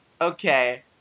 Okay